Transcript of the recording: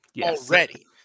already